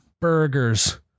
burgers